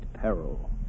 peril